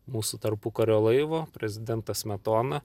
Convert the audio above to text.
mūsų tarpukario laivo prezidentas smetona